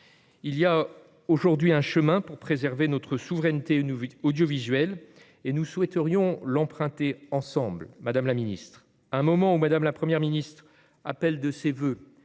Il y a aujourd'hui un chemin pour préserver notre souveraineté audiovisuelle, et nous souhaiterions l'emprunter ensemble, madame la ministre. Au moment où Mme la Première ministre appelle de ses voeux